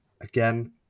again